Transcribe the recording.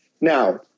Now